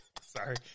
Sorry